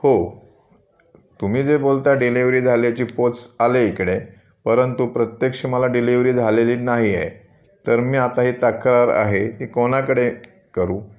हो तुमी जे बोलता डिलिवरी झाल्याची पोच आली इकडे परंतु प्रत्यक्ष मला डिलिवरी झालेली नाही आहे तर मी आता ही तक्रार आहे ती कोणाकडे करू